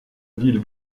ville